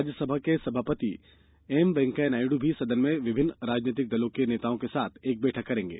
राज्य सभा के सभापति एम वेंकैया नायडू भी सदन में विभिन्न राजनीतिक दलों के नेताओं के साथ एक बैठक करेंगे